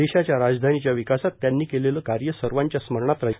देशाच्या राजघानीच्या विकासात त्यांनी केलेले कार्य सर्वांच्या स्मरणात राहिल